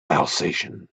alsatian